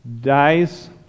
dies